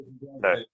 No